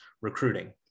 recruiting